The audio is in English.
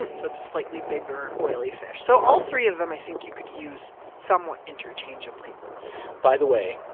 so it's a slightly bigger, oily fish. so all three of them i think you could use somewhat interchangeably by the way,